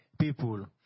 people